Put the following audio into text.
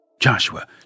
Joshua